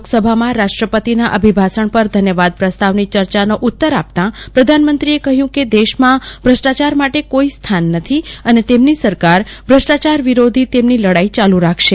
લોકસભામાં રાષ્ટ્રપિતાના અભિભાષણ પર ધન્યવાદ પ્રસ્તાવની ચર્ચાનો ઉત્તર આપતા પ્રધાનમંત્રીએ કહ્યું કે દેશમાં ભ્રષ્ટાચાર માટે કોઈ સ્થાન નથી અને તેમની સરકાર ભ્રષ્ટાચાર વિરોધી તેમની લડાઈ ચાલુ રાખશે